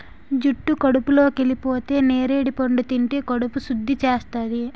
జుట్టు కడుపులోకెళిపోతే నేరడి పండు తింటే కడుపు సుద్ధి చేస్తాది